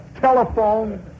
telephone